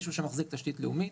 מישהו שמחזיק תשתית לאומית,